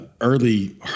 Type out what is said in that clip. Early